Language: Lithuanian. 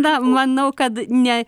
na manau kad ne